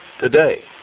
today